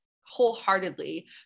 wholeheartedly